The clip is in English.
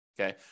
Okay